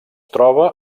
troba